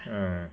ah